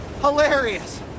hilarious